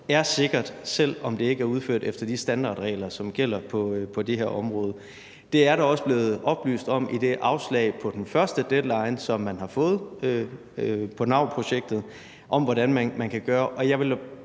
er sikkert, selv om det ikke er udført efter de standardregler, som gælder på det her område. Det er der også blevet oplyst om hvordan man kan gøre i det afslag, som man har fået på NAU-projektet i forhold til den første